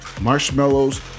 marshmallows